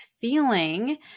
feeling